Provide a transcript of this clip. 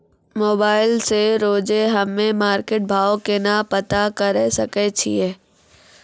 Mobile से रोजे हम्मे मार्केट भाव केना पता करे सकय छियै?